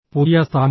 പുതിയ സ്ഥാനമോ